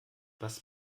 was